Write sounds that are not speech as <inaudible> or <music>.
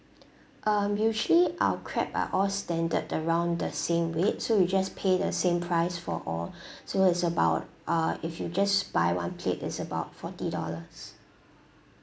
um usually our crab are all standard around the same weight so you just pay the same price for all <breath> so is about uh if you just buy one plate is about forty dollars